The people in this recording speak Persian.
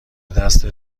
دست